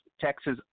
Texas